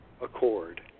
accord